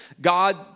God